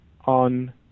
on